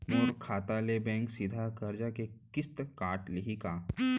मोर खाता ले बैंक सीधा करजा के किस्ती काट लिही का?